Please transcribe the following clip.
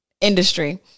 industry